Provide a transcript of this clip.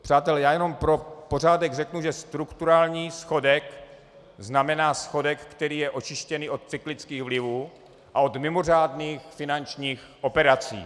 Přátelé, já jenom pro pořádek řeknu, že strukturální schodek znamená schodek, který je očištěný od cyklických vlivů a od mimořádných finančních operací.